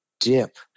dip